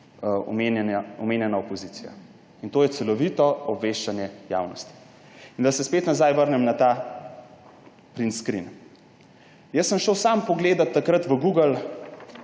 omenjena opozicija. In to je celovito obveščanje javnosti? In da se spet nazaj vrnem na ta print screen. Jaz sem šel sam pogledat takrat v Google,